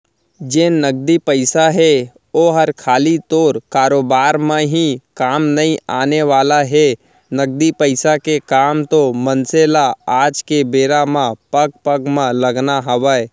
जेन नगदी पइसा हे ओहर खाली तोर कारोबार म ही काम नइ आने वाला हे, नगदी पइसा के काम तो मनसे ल आज के बेरा म पग पग म लगना हवय